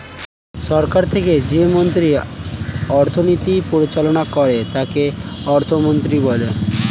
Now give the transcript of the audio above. সরকার থেকে যে মন্ত্রী অর্থনীতি পরিচালনা করে তাকে অর্থমন্ত্রী বলে